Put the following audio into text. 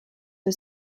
für